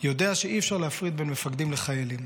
יודע שאי-אפשר להפריד בין מפקדים לחיילים.